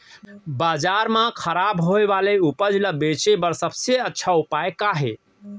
बाजार मा खराब होय वाले उपज ला बेचे बर सबसे अच्छा उपाय का हे?